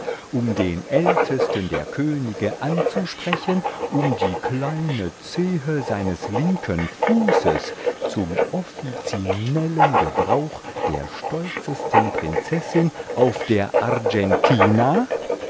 um den ältesten der könige anzusprechen um die kleine zehe seines linken fußes zum offiziellen gebrauch der stolzesten prinzessin auf der